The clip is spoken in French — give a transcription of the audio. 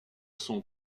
son